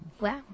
Wow